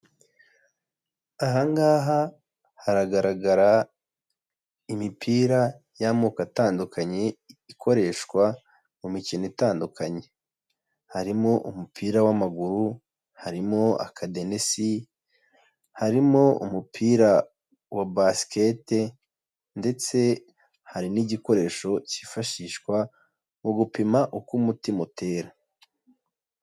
Ahangaha haragaragara imipira y'amoko atandukanye ikoreshwa mu mikino itandukanye, harimo umupira w'amaguru, harimo akadenesi, harimo umupira wa basket, ndetse hari n'igikoresho cyifashishwa mu gupima uko umutima utera.